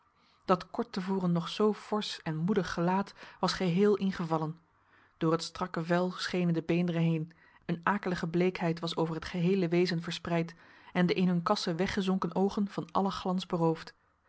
dat kort te voren nog zoo forsch en moedig gelaat was geheel ingevallen door het strakke vel schenen de beenderen heen een akelige bleekheid was over het geheele wezen verspreid en de in hun kassen weggezonken oogen van allen glans beroofd